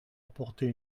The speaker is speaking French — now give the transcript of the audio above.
apporter